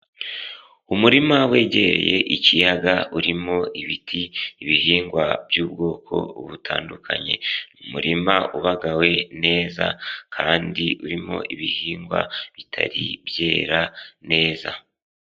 Umurima wegereye ikiyaga urimo ibiti ibihingwa by'ubwoko butandukanye, umurima ubagawe neza kandi urimo ibihingwa bitari byera neza.